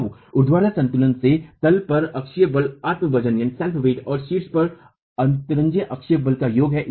तो ऊर्ध्वाधर संतुलन से तल पर अक्षीय बल आत्म वजन और शीर्ष पर अतिरंजित अक्षीय बल का योग है